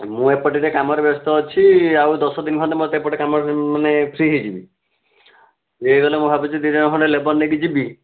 ମୁଁ ଏପଟେ ଟିକିଏ କାମରେ ବ୍ୟସ୍ତ ଅଛି ଆଉ ଦଶଦିନ ଖଣ୍ଡେ ମୋତେ ଏପଟେ କାମରେ ମାନେ ଫ୍ରି ହେଇଯିବି ଫ୍ରି ହେଇଗଲେ ମୁଁ ଭାବୁଛି ଦୁଇ ଜଣ ଖଣ୍ଡେ ଲେବର ନେଇକି ଯିବି